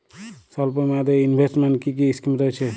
স্বল্পমেয়াদে এ ইনভেস্টমেন্ট কি কী স্কীম রয়েছে?